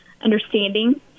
understanding